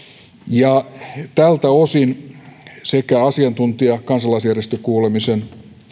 tältä osin asiantuntija ja kansalaisjärjestökuulemisen